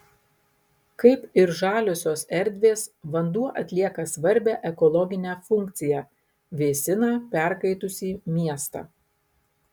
kaip ir žaliosios erdvės vanduo atlieka svarbią ekologinę funkciją vėsina perkaitusį miestą